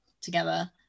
together